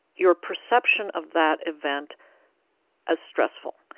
your perception of that event as stressful.